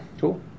Cool